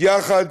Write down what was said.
יחד